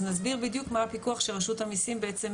אז נסביר בדיוק מה הפיקוח של רשות המיסים בעצם